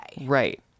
Right